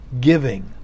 giving